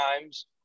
times